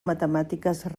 matemàtiques